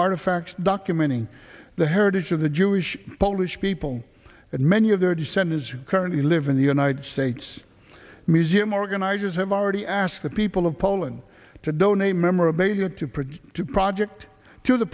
artifacts documenting the heritage of the jewish polish people and many of their descendants who currently live in the united states museum organizers have already asked the people of poland to donate memorabilia to project to project to the